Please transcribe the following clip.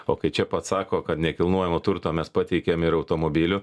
o kai čia pat sako kad nekilnojamo turto mes pateikėm ir automobilių